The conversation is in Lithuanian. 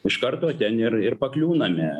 iš karto ten ir ir pakliūname